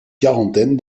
quarantaine